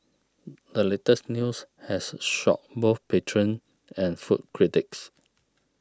the latest news has shocked both patrons and food critics